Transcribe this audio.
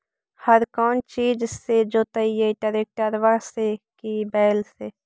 हर कौन चीज से जोतइयै टरेकटर से कि बैल से?